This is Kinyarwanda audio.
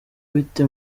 bite